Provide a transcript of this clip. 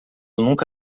nunca